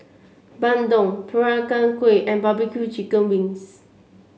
bandung Peranakan Kueh and barbecue Chicken Wings